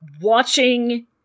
watching